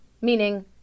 meaning